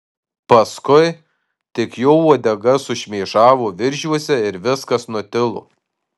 paskui tik jo uodega sušmėžavo viržiuose ir viskas nutilo